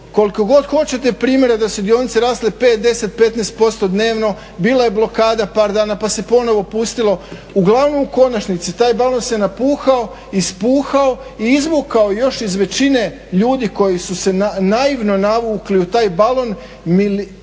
koliko god hoćete primjera da su dionice rasle 5, 10, 15% dnevno, bila je blokada par dana pa se ponovo pustilo. Uglavnom, u konačnici taj … se napuhao, ispuhao i izvukao još iz većine ljudi koji su se naivno navukli u taj balon, stotine